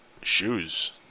Shoes